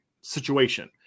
situation